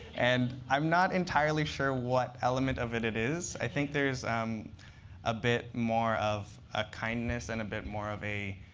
and i'm not entirely sure what element of it it is. i think there is um a bit more of a kindness and a bit more of a